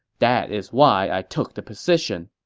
that is why i took the position.